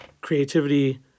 creativity